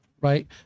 right